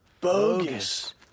Bogus